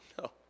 no